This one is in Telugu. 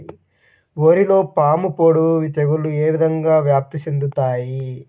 వరిలో పాముపొడ తెగులు ఏ విధంగా వ్యాప్తి చెందుతాయి?